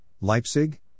Leipzig